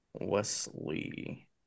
Wesley